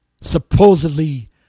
supposedly